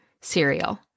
cereal